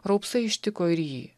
raupsai ištiko ir jį